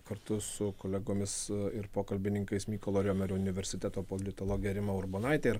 kartu su kolegomis ir pokalbininkais mykolo riomerio universiteto politologe rima urbonaite ir